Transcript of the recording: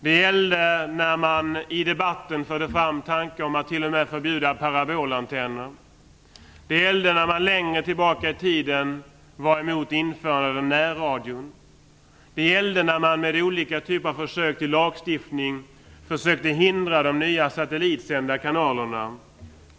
Det gällde när man i debatten förde fram tanken på att t.o.m. förbjuda parabolantennen. Det gällde när man längre tillbaka i tiden var emot införandet av närradion. Det gällde när man med olika typer av försök att genom lagstiftning förhindra de nya satellitsända kanalerna.